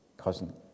cousin